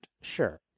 Sure